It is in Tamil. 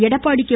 எடப்பாடி கே